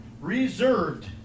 Reserved